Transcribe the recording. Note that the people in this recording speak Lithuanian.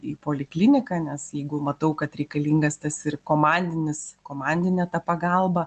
į polikliniką nes jeigu matau kad reikalingas tas ir komandinis komandinė ta pagalba